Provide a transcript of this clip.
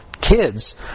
kids